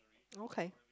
okay